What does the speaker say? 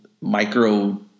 micro